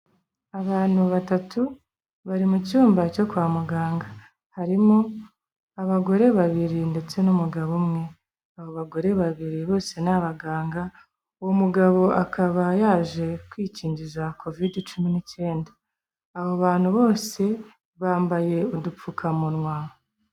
Abantu batatu, bari mu cyumba cyo kwa muganga. Harimo abagore babiri ndetse n'umugabo umwe. Abo bagore babiri bose ni abaganga, uwo mugabo akaba yaje, kwikingiza Kovid cumi n'icyenda. Abo bantu bose, bambaye udupfukamunwa.